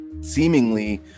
seemingly